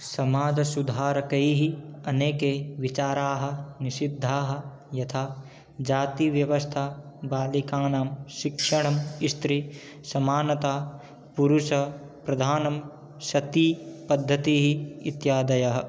समाजसुधारकैः अनेके विचाराः निषिद्धाः यथा जातिव्यवस्था बालिकानां शिक्षणं स्त्रीसमानता पुरुषप्रधानं सतिपद्धतिः इत्यादयः